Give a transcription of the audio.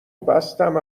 بستم